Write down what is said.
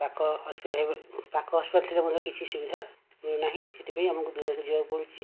ପାଖ ହସ୍ପିଟାଲ ପାଖ ହସ୍ପିଟାଲ ଥିଲେ ମଧ୍ୟ କିଛି ସୁବିଧା ମିଳୁ ନାହିଁ ସେଥିପାଇଁ ଆମକୁ ଦୂରକୁ ଯିବାକୁ ପଡ଼ୁଛି